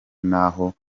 n’aho